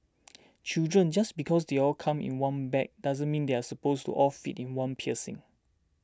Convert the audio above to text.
children just because they all come in one bag doesn't mean they are supposed to all fit in one piercing